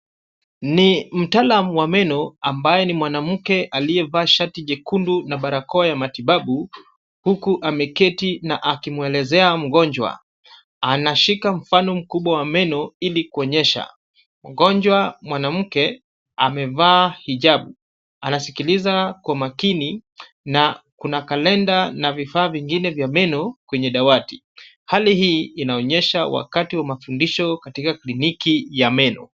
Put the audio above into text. Ni maalum wa meno ambaye ni mwanamke aliyevaa shati jekundu na balakoa ya matibabu, huku ameketi na akimwelezea mgonjwa. Anashika mfano mkubwa wa meno ili kuonyesha. Mgonjwa mwanamke amevaa hijabu. Anashikiliza kwa makini na kuna kalenda na vifaa vingine vya meno kwenye dawati. Hali hii inaonyesha wakati wa mafundisho katika kliniki ya meno.